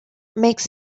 makes